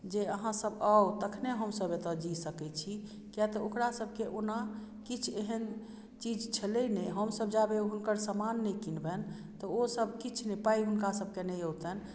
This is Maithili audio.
जे अहाँ सब आउ तखने हम सब एतऽ जी सकै छी किया तऽ ओकरा सबके ओना किछु एहन चीज छलै नहि हम सब जाबै हुनकर सामान नहि किनबनि तऽ ओ सब किछु नहि पाई हुनका सबके नहि ओतनि